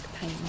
pain